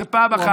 זה פעם אחת.